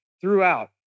throughout